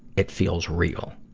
it feels real.